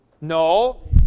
No